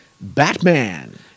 Batman